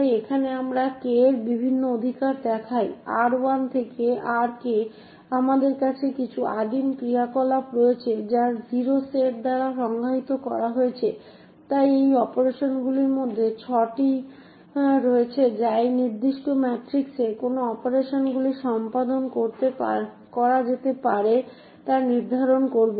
তাই এখানে আমরা K এর বিভিন্ন অধিকার দেখাই R1 থেকে RK এবং আমাদের কিছু আদিম ক্রিয়াকলাপ রয়েছে যা O সেট দ্বারা সংজ্ঞায়িত করা হয়েছে তাই এই অপারেশনগুলির মধ্যে ছয়টি রয়েছে যা এই নির্দিষ্ট ম্যাট্রিক্সে কোন অপারেশনগুলি সম্পাদন করা যেতে পারে তা নির্ধারণ করবে